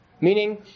Meaning